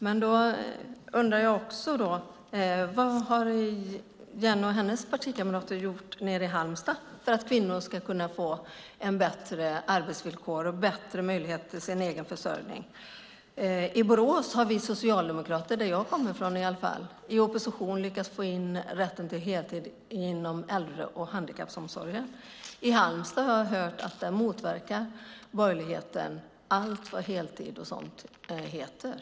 Men då undrar jag vad Jenny och hennes partikamrater har gjort nere i Halmstad för att kvinnor ska kunna få bättre arbetsvillkor och bättre möjligheter till egen försörjning. I Borås, som jag kommer från, har vi socialdemokrater i opposition lyckats få in rätten till heltid inom äldre och handikappomsorgen. Jag har hört att i Halmstad motverkar borgerligheten allt vad heltider heter.